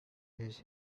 his